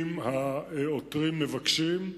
אם העותרים מבקשים,